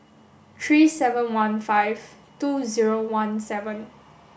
three seven one five two zero one seven